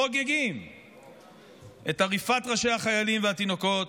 חוגגים את עריפת ראשי החיילים והתינוקות,